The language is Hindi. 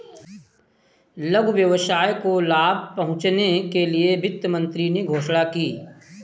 लघु व्यवसाय को लाभ पहुँचने के लिए वित्त मंत्री ने घोषणा की